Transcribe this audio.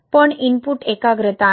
पण इनपुट एकाग्रता आहे